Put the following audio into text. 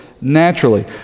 naturally